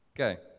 Okay